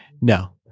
No